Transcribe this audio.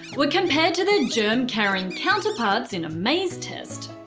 were compared to their germ-carrying counterparts in a maze test.